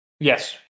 yes